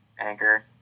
anchor